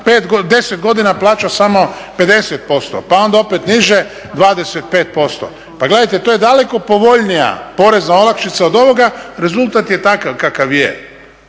10 godina plaća samo 50%, pa onda opet niže 25%. Pa gledajte to je daleko povoljnija porezna olakšica od ovoga, rezultat je takav kakav je,